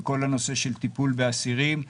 בכל הנושא של טיפול באסירים,